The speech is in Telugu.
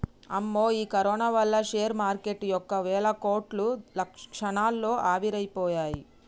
అమ్మో ఈ కరోనా వల్ల షేర్ మార్కెటు యొక్క వేల కోట్లు క్షణాల్లో ఆవిరైపోయాయి